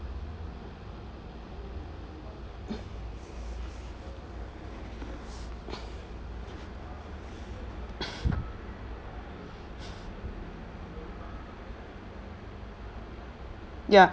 ya